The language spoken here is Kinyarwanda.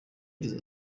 agize